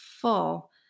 full